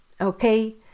okay